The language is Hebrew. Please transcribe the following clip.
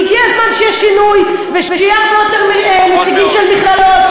הגיע הזמן שיהיה שינוי ושיהיו הרבה יותר נציגים של מכללות.